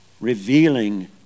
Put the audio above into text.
revealing